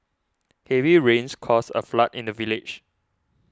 heavy rains caused a flood in the village